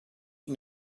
you